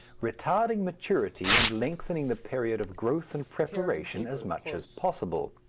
retarding maturity and lengthening the period of growth and preparation as much as possible.